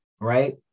right